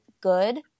good